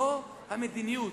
זו המדיניות.